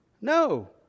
No